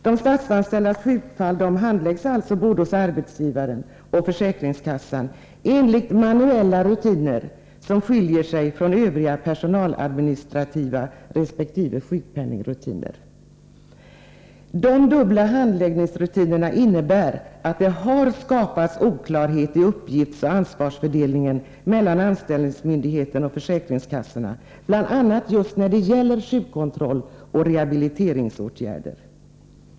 De statsanställdas sjukfall handläggs alltså både hos arbetsgivaren och hos försäkringskassan, enligt manuella rutiner, som skiljer sig från övriga personaladministrativa rutiner resp. sjukpenningrutiner. De dubbla handläggningsrutinerna har inneburit att det har skapats oklarhet om uppgiftsoch ansvarsfördelningen mellan anställningsmyndigheten och försäkringskassorna, bl.a. just när det gäller sjukkontroll och rehabiliteringsåtgärder.